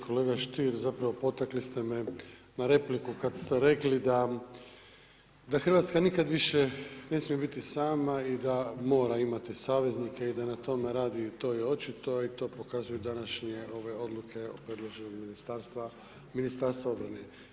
Kolega Stier, zapravo potakli ste me na repliku kada ste rekli da RH nikada više ne smije biti sama i da mora imati saveznika i da na tome radi, to je očito i to pokazuju današnje odluke od predloženog Ministarstva obrane.